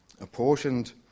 Apportioned